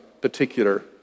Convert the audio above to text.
particular